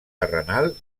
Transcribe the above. terrenal